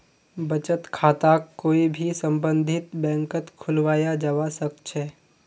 बचत खाताक कोई भी सम्बन्धित बैंकत खुलवाया जवा सक छे